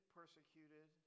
persecuted